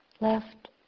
left